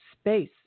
space